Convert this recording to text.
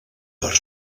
part